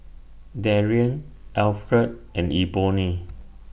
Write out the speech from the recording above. Darrian Alfred and Ebony